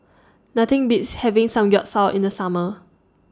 Nothing Beats having Samgyeopsal in The Summer